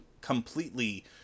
completely